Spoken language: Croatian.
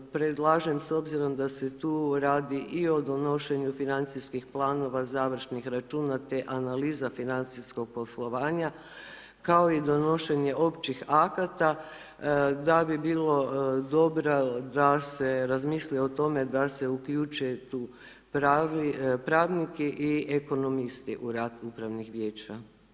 Predlažem s obzirom da se tu radi i o donošenju financijskih planova, završnih računa te analiza financijskog poslovanja, kao i donošenje općih akata da bi bilo dobro da se razmisli o tome da se uključe tu pravnici i ekonomisti u rad upravnih vijeća.